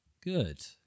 Good